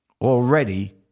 Already